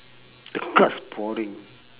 the cards boring